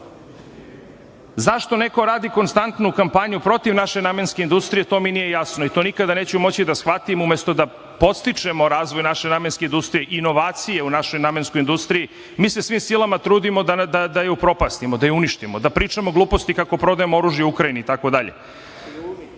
tako.Zašto neko radi konstantnu kampanju protiv naše namenske industrije, to mi nije jasno i to nikada neću moći da shvatim. Umesto da podstičemo razvoj naše namenske industrije, inovacije u našoj namenskoj industriji, mi se svim silama trudimo da je upropastimo, da je uništimo, da pričamo gluposti kako prodajemo oružje Ukrajini itd. To